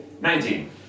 Nineteen